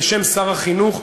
בשם שר החינוך,